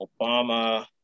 Obama